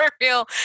real